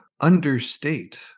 understate